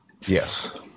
Yes